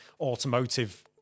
automotive